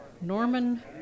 Norman